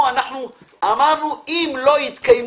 אמרנו: אם לא יתקיים